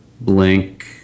blank